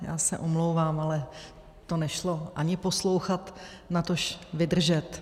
Já se omlouvám, ale to nešlo ani poslouchat, natož vydržet.